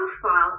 profile